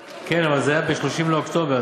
כן, אבל זה היה ב-30 באוקטובר.